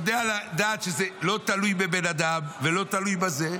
אני יודע שזה לא תלוי בבן אדם ולא תלוי בזה.